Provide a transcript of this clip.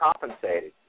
compensated